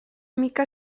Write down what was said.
mica